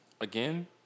Again